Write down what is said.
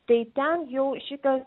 tai ten jau šitas